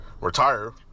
retire